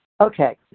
okay